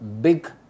big